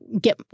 get